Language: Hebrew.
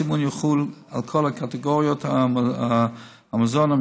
הסימון יחול על כל קטגוריות המזון הן